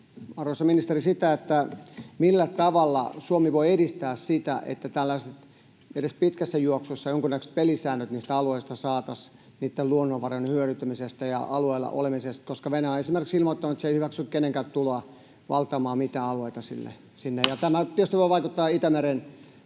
arvoisa ministeri: Millä tavalla Suomi voi edistää sitä, että edes pitkässä juoksussa saataisiin jonkunnäköiset pelisäännöt niistä alueista, niitten luonnonvarojen hyödyntämisestä ja alueella olemisesta? Nimittäin Venäjä on esimerkiksi ilmoittanut, että se ei hyväksy kenenkään tuloa valtaamaan mitään alueita sinne, ja tämä tietysti voi vaikuttaa Itämeren